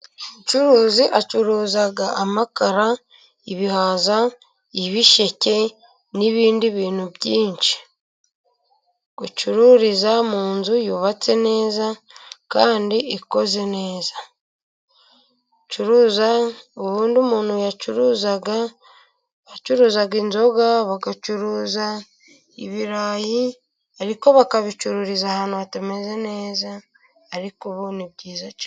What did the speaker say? Umucuruzi acuruza amakara, ibihaza, ibisheke n'ibindi bintu byinshi gucururiza mu nzu yubatse neza kandi ikoze neza, gucuruza ubundi umuntu yacuruzaga bacuruzaga inzoga, bagacuruza ibirayi ariko bakabicururiza ahantu hatameze neza ariko ubu ni byiza cyane.